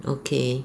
okay